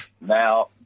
Now